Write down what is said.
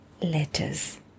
letters